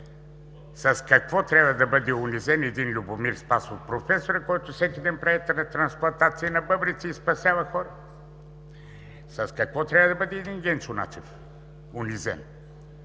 С какво трябва да бъде унизен един Любомир Спасов – професорът, който всеки ден прави трансплантации на бъбреци и спасява хора? С какво трябва да бъде унизен един